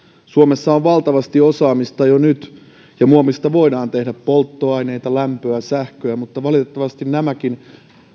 suomessa on valtavasti osaamista jo nyt ja muovista voidaan tehdä polttoaineita lämpöä sähköä mutta valitettavasti nämäkin